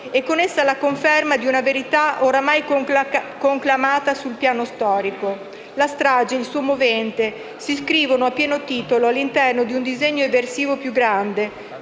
e con essa la conferma di una verità oramai conclamata sul piano storico. La strage e il suo movente si iscrivono a pieno titolo all'interno di un disegno eversivo più grande,